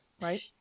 right